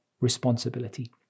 responsibility